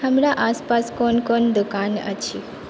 हमरा आसपास कोन कोन दोकान अछि